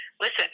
listen